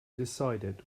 decided